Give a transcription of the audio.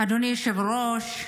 אדוני היושב-ראש,